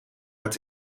het